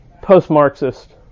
post-Marxist